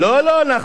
נכון מאוד.